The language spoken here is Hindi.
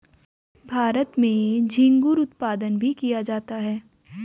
भारत में झींगुर उत्पादन भी किया जाता है